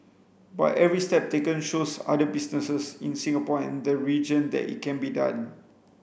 but every step taken shows other businesses in Singapore and the region that it can be done